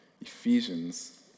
Ephesians